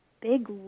big